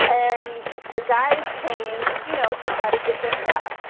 and the guys came, you know, to try to get their stuff.